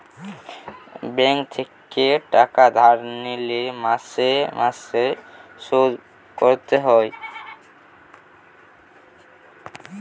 bank থেকে টাকা ধার লিলে মাসে মাসে শোধ করতে হয়